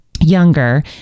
younger